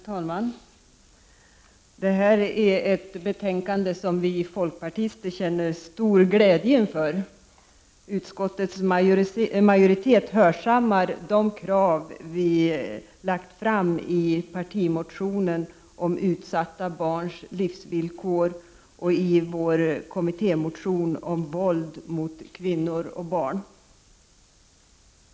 Herr talman! Det här är ett betänkande som vi folkpartister känner stor glädje över. Utskottets majoritet har hörsammat de krav som vi lagt fram i partimotion om utsatta barns livsvillkor och i vår kommittémotion om våld mot kvinnor och barn.